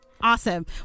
Awesome